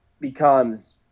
becomes